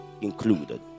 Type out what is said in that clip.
included